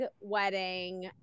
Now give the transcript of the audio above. wedding